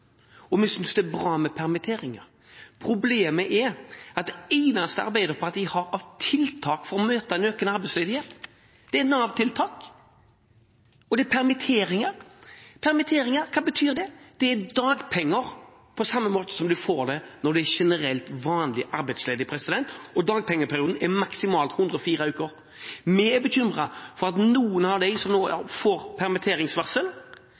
og vi synes det er bra med permitteringer. Problemet er at det eneste Arbeiderpartiet har av tiltak for å møte en økende arbeidsledighet, er Nav-tiltak og permitteringer. Hva betyr permittering? Jo, det betyr dagpenger, på samme måte som man får det når man er arbeidsledig på helt vanlig måte. Dagpengeperioden er maksimalt 104 uker. Vi er bekymret for at noen av dem som nå får permitteringsvarsel,